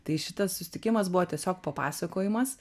tai šitas susitikimas buvo tiesiog papasakojimas